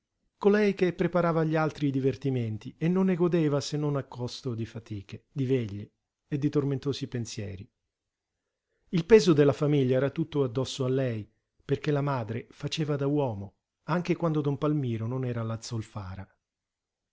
colei che preparava agli altri i divertimenti e non ne godeva se non a costo di fatiche di veglie e di tormentosi pensieri il peso della famiglia era tutto addosso a lei perché la madre faceva da uomo anche quando don palmiro non era alla zolfara